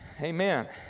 Amen